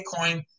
Bitcoin